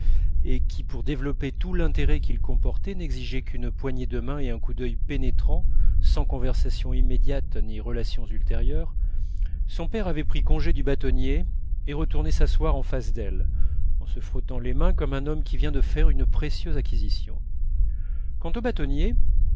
et qui pour développer tout l'intérêt qu'il comportait n'exigeait qu'une poignée de mains et un coup d'œil pénétrant sans conversation immédiate ni relations ultérieures son père avait pris congé du bâtonnier et retournait s'asseoir en face d'elle en se frottant les mains comme un homme qui vient de faire une précieuse acquisition quant au bâtonnier